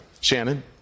Shannon